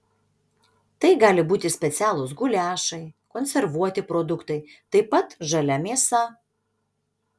tai gali būti specialūs guliašai konservuoti produktai taip pat žalia mėsa